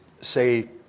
say